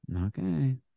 Okay